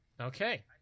Okay